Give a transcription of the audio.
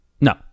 No